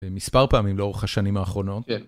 מספר פעמים לאורך השנים האחרונות.